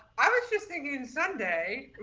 i was just thinking sunday.